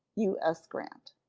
u s. grant.